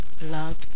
love